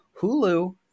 Hulu